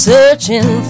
Searching